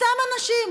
סתם אנשים,